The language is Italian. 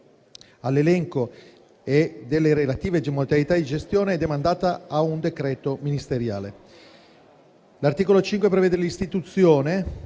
all'elenco e delle relative modalità di gestione è demandata a un decreto ministeriale. L'articolo 5 prevede l'istituzione,